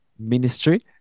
ministry